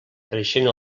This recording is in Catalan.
creixent